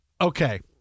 Okay